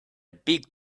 big